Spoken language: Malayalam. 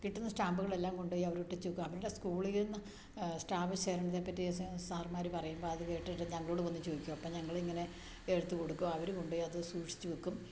കിട്ടുന്ന സ്റ്റാമ്പ്കളെല്ലാം കൊണ്ട് പോയി അവിടെ ഒട്ടിച്ചെക്കും അവരുടെ സ്കൂളീന്ന് സ്റ്റാമ്പ് ശേഖരണത്തേപ്പറ്റി സാർമാർ പറയുമ്പം അത് കേട്ടിട്ട് ഞങ്ങളോട് വന്ന് ചോദിക്കും അപ്പം ഞങ്ങൾ ഇങ്ങനെ എടുത്ത് കൊടുക്കും അവർ കൊണ്ട് പോയത് സൂക്ഷിച്ച് വെക്കും